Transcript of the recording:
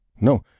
No